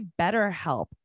BetterHelp